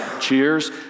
cheers